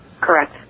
Correct